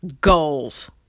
Goals